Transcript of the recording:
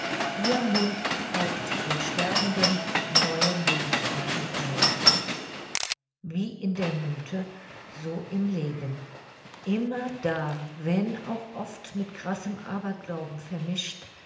ihr mund haucht dem sterbenden neuen lebensathem ein wie in der mythe so im leben immerdar wenn auch oft mit krassem aberglauben vermischt